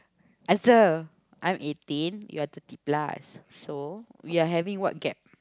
answer I'm eighteen you're thirty plus so we are having what gap